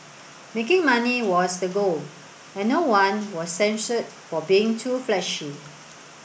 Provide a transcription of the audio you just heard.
making money was the goal and no one was censured for being too flashy